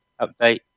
update